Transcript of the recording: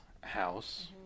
house